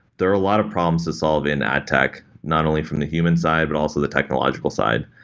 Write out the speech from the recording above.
there are a lot of problems to solve in ad tech, not only from the human side but also the technological side.